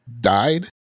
died